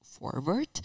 Forward